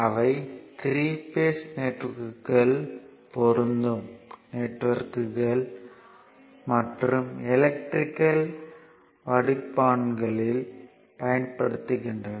அவை 3 பேஸ் நெட்வொர்க்குகள் பொருந்தும் நெட்வொர்க்குகள் மற்றும் எலக்ட்ரிகல் வடிப்பான்களில் பயன்படுத்தப்படுகின்றன